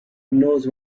knows